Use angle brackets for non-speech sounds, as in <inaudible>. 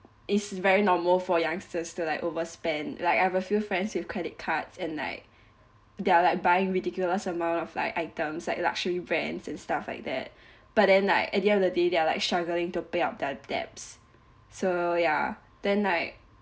it's very normal for youngsters to like overspend like I've a few friends with credit cards and like they're like buying ridiculous amount of like items like luxury brands and stuff like that <breath> but then like at the end of the day they are like struggling to pay up their debts so ya then like